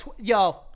yo